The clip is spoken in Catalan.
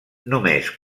només